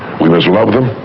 we must love them,